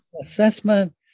assessment